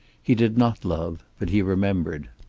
he did not love, but he remembered.